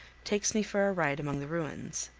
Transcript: takes me for a ride among the ruins.